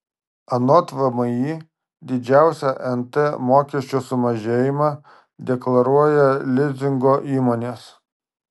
anot vmi didžiausią nt mokesčio sumažėjimą deklaruoja lizingo įmonės